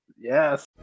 Yes